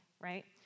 right